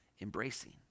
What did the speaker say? embracing